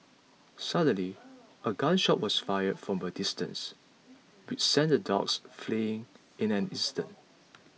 suddenly a gun shot was fired from a distance which sent the dogs fleeing in an instant